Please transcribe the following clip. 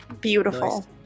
Beautiful